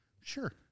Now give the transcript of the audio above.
sure